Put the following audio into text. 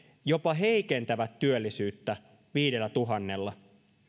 jopa heikentävät työllisyyttä viidellätuhannella